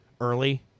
early